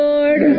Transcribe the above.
Lord